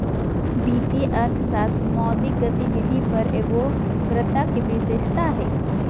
वित्तीय अर्थशास्त्र मौद्रिक गतिविधि पर एगोग्रता के विशेषता हइ